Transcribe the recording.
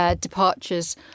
departures